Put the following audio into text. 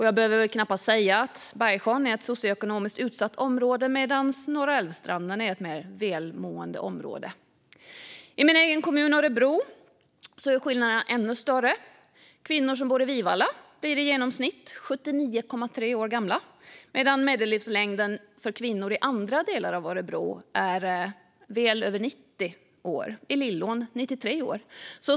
Jag behöver väl knappast säga att Bergsjön är ett socioekonomiskt utsatt område, medan Norra Älvstranden är ett mer välmående område. I min egen kommun Örebro är skillnaderna ännu större. Kvinnor som bor i Vivalla blir i genomsnitt 79,3 år gamla, medan medellivslängden för kvinnor i andra delar av Örebro är väl över 90 år - i Lillån 93 år.